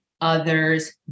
others